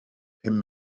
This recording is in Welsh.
pum